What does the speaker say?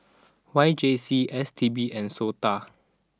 Y J C S T B and Sota